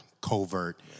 covert